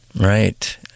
Right